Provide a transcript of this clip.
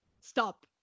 Stop